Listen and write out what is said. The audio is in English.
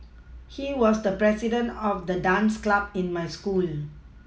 he was the president of the dance club in my school